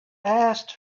asked